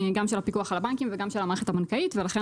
גם של הפיקוח על הבנקים וגם של המערכת הבנקאית ולכן